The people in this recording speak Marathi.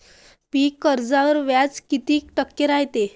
पीक कर्जावर व्याज किती टक्के रायते?